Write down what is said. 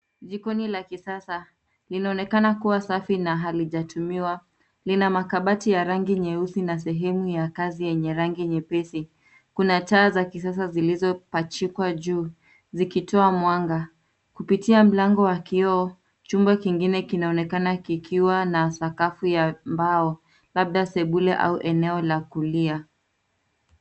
Jikoni la kisasa linaonekana kuwa safi na halijatumiwa. Lina makabati ya rangi nyeusi na sehemu ya kazi yenye rangi nyepesi kunataa za kisasa zilizopachikwa juu zikitoa mwanga. Kupitia mlango wa kioo, chumba kingine kinaonekana kikiwa na sakafu ya mbao, labda sebule au sehemu ya kulia.